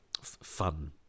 fun